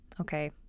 okay